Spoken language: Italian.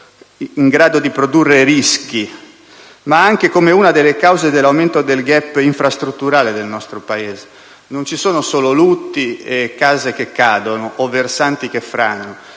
in grado di produrre rischi, ma anche come una delle cause dell'aumento del *gap* infrastrutturale del nostro Paese. Non ci sono solo lutti e case che cadono o versanti che franano: